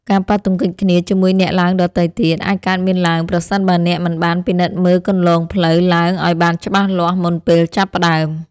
ការប៉ះទង្គិចគ្នាជាមួយអ្នកឡើងដទៃទៀត អាចកើតមានឡើងប្រសិនបើអ្នកមិនបានពិនិត្យមើលគន្លងផ្លូវឡើងឱ្យបានច្បាស់លាស់មុនពេលចាប់ផ្ដើម។